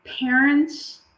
parents